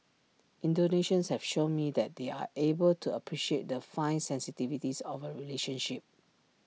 Indonesians have shown me that they are able to appreciate the fine sensitivities of A relationship